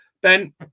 Ben